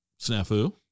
snafu